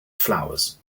flowers